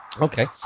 Okay